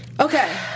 okay